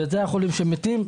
אלה החולים שמתים,